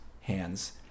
hands